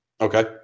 Okay